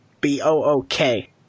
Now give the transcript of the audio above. B-O-O-K